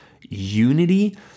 unity